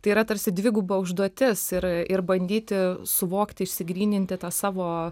tai yra tarsi dviguba užduotis ir ir bandyti suvokti išsigryninti tą savo